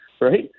right